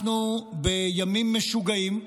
אנחנו בימים משוגעים,